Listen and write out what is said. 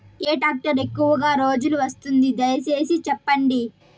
ఏ tractor ఎక్కువగా రోజులు వస్తుంది, దయసేసి చెప్పండి?